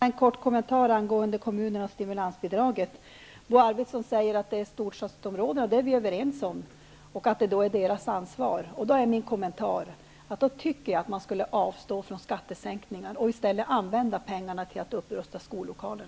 Fru talman! Bara helt kort en kommentar om kommunerna och stimulansbidraget. Bo Arvidson säger att det handlar om storstadsområdena, och på den punkten är vi överens. Det handlar om deras ansvar. Mot den bakgrunden tycker jag att man skulle avstå från skattesänkningar och att man i stället skulle använda pengarna till upprustning av skollokaler.